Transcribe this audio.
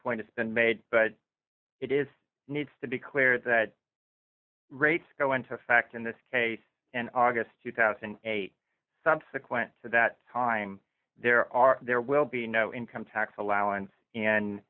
point it's been made but it is needs to be clear that rates go into effect in this case in august two thousand and eight subsequent to that time there are there will be no income tax allowance